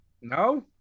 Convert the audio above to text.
no